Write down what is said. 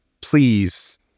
please